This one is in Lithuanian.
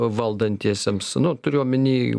valdantiesiems nu turiu omeny